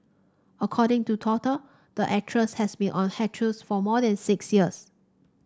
according to Toggle the actress has been on a hiatus for more than six years